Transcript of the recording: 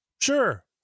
Sure